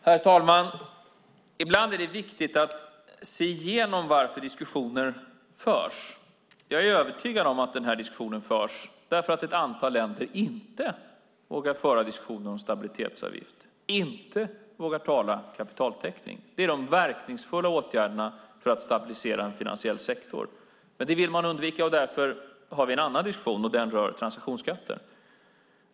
Herr talman! Ibland är det viktigt att se igenom varför diskussioner förs. Jag är övertygad om att denna diskussion förs därför att ett antal länder inte vågar föra diskussionen om stabilitetsavgift och inte vågar tala kapitaltäckning. Det är de verkningsfulla åtgärderna för att stabilisera en finansiell sektor. Det vill man dock undvika, och därför har vi en annan diskussion. Den rör transaktionsskatter.